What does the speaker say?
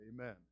Amen